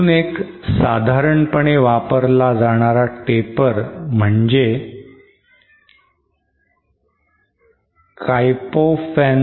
अजून एक साधारणपणे वापरला जाणारा taper म्हणजे Klopfenstein taper